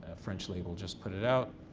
ah french label just put it out.